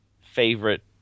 favorite